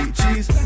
cheese